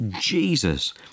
Jesus